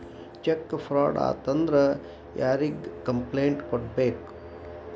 check fraud ಆತಂದ್ರ ಯಾರಿಗ್ complaint ಕೂಡ್ಬೇಕು